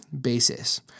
basis